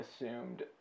assumed